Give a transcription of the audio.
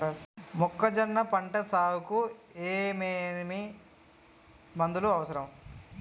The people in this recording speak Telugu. మొక్కజొన్న పంట సాగుకు ఏమేమి మందులు అవసరం?